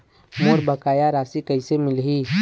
मोर बकाया राशि कैसे मिलही?